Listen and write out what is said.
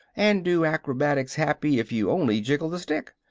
and do acrobatics happy if you only jiggle the stick.